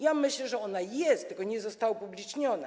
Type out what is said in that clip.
Ja myślę, że ona jest, tylko nie została upubliczniona.